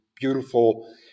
beautiful